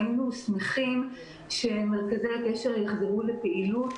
והיינו שמחים שמרכזי הקשר יחזרו לפעילות